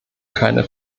keine